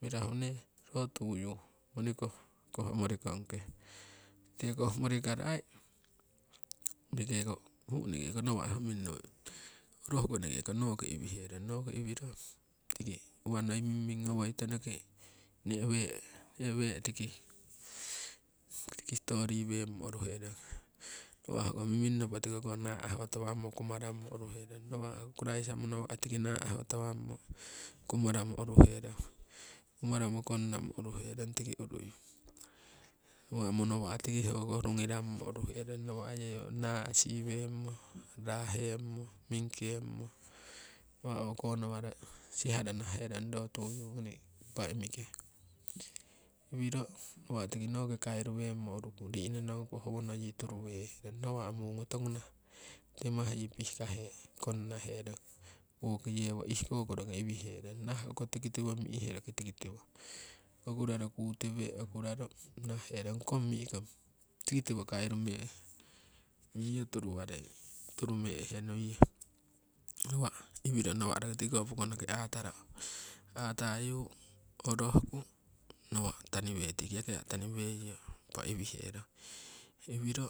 Mirahu nee ro tuyu ngoni koh mori kongke tiki koh morikaro aii eneke ko noki iwihe rong noki iwiro tiki uwa noi mimming ngowoi tonoki ne'wee tiki ne'wee tiki stori wemmo uruherong. Nawa' hoo mimming nopo tikoko naaho tawammo kumaramo uruhe rong, nawa' hoo kuraisa ngung mowa'a naaho tawammo kumaramo uruhe rong kumaramo kongnamo uruhe rong tiki urui. Nawa' mowa'a tiki hokoh rugirammo uruherong naasi weemo rah hemmo, mingkemmo nawa' okonawaro siharo naha herong ro tuyu ngoni impa imike. Iwiro nawa' tiki noki kairu wemmo uruku ri'nonongku howono yii turu weeherong nawa' muu motu toku nahah timah yii pihkahe kongnahe rong, woki yewo ihkoko roki iwiherong naharoko tiki tiwo mi'he roki iwwihe rong okuraro kutowee. Okuraro nakaherong kong mi'kong tiki tiwo kairu mehe miyo turu warei, turumeehe nuiye nawa' iwiro nawa' roki tiki pokonoki ataro, atayu orohku nawa' taniweiyo iwihe rong iwiro,